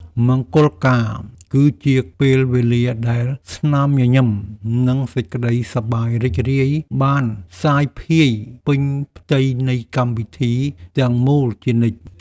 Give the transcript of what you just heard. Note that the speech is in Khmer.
មង្គលការ គឺជាពេលវេលាដែលស្នាមញញឹម និងសេចក្តីសប្បាយរីករាយបានសាយភាយពេញផ្ទៃនៃកម្មវិធីទាំងមូលជានិច្ច។